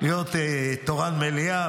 להיות תורן מליאה,